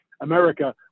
America